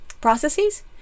processes